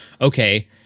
okay